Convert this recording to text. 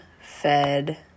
fed